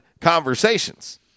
conversations